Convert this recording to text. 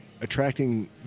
attracting